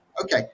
Okay